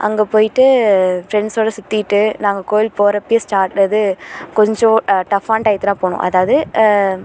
அங்கே போயிட்டு ஃப்ரெண்ட்ஸோடு சுற்றிட்டு நாங்கள் கோயிலுக்குப் போகிறப்பையே ஸ்டாட் அது கொஞ்சம் டஃப்பான டையத்தில் தான் போனோம் அதாவது